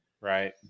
Right